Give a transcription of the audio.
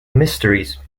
mysteries